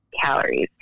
calories